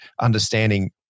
understanding